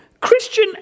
Christian